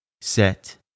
set